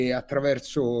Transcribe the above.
attraverso